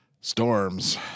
Storms